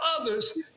others